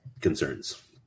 concerns